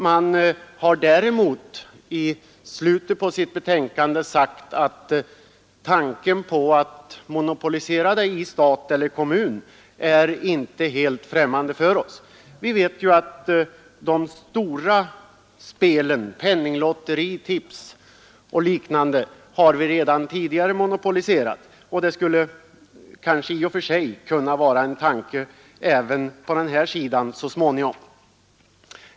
Man har däremot i slutet på sitt betänkande sagt att man inte är helt främmande för tanken på monopolisering i statlig eller kommunal regi. De stora spelområdena penninglotteriet, tipsverksamheten osv. är som bekant redan tidigare monopoliserade, och det skulle kanske i och för sig så småningom vara möjligt att införa monopol även på detta avsnitt.